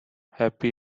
happy